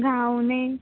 घावने